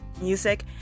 music